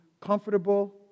comfortable